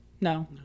no